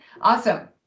awesome